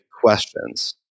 questions